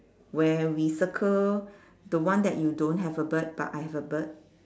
where we circle the one that you don't have a bird but I have a bird